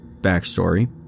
backstory